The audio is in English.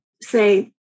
say